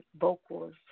vocals